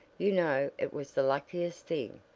you know it was the luckiest thing,